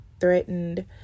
threatened